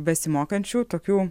besimokančių tokių